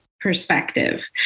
perspective